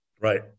Right